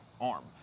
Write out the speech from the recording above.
arm